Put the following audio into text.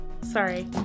sorry